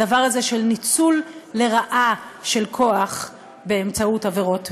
הדבר הזה של ניצול לרעה של כוח באמצעות עבירות מין.